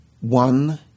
one